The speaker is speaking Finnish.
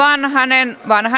anna hänen vanha